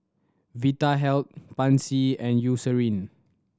Vitahealth Pansy and Eucerin